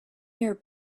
your